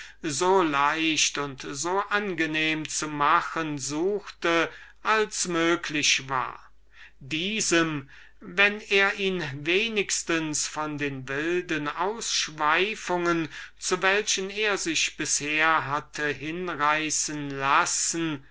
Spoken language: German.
so leicht und so angenehm zu machen suchte als möglich war und dem andern wenn er ihn wenigstens von den wilden ausschweifungen abgewöhnte zu denen er sich bisher hatte hinreißen lassen